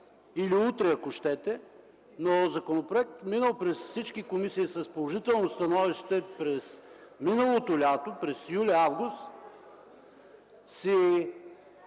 или утре, ако щете, но законопроект минал през всички комисии с положително становище през миналото лято – юли, август, си